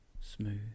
smooth